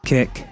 Kick